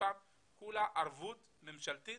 מכספם אלא כולה מדובר בערבות ממשלתית